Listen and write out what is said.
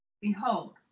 Behold